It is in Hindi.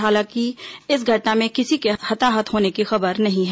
हालांकि इस घटना में किसी के हताहत होने की खबर नहीं है